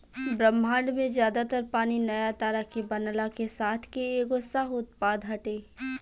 ब्रह्माण्ड में ज्यादा तर पानी नया तारा के बनला के साथ के एगो सह उत्पाद हटे